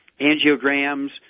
angiograms